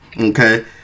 Okay